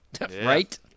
Right